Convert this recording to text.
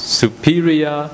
superior